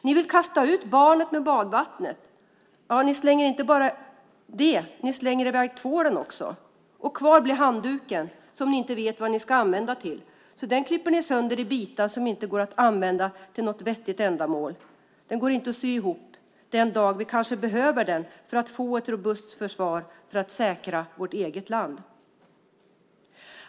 Ni vill kasta ut barnet med badvattnet. Ni slänger inte bara det, ni slänger i väg tvålen också. Kvar blir handduken som ni inte vet vad ni ska använda den till. Så den klipper ni sönder i bitar som inte går att använda till något vettigt ändamål. Den går inte att sy ihop den dag vi kanske behöver den för att få ett robust försvar för att säkra vårt eget land.